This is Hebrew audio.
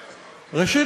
ראשית,